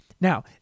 Now